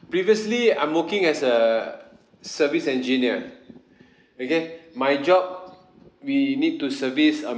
previously I'm working as a service engineer okay my job we need to service a